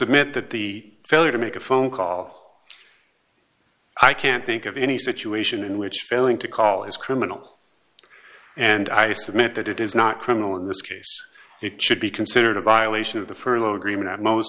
submit that the failure to make a phone call i can't think of any situation in which failing to call is criminal and i submit that it is not criminal in this case it should be considered a violation of the furloughed reman at most